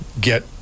get